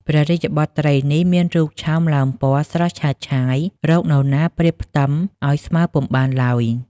ព្រះរាជបុត្រីនេះមានរូបឆោមលោមពណ៌ស្រស់ឆើតឆាយណាស់ រកនរណាប្រៀបផ្ទឹមឲ្យស្មើពុំបានឡើយ។